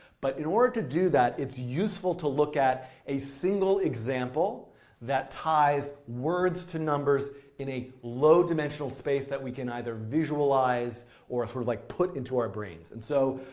but in order to do that it's useful to look at a single example that ties words to numbers in a low dimensional space, that we can either visualize or if we sort of like, put into our brains. and so,